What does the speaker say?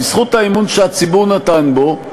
בזכות האמון שהציבור נתן בו,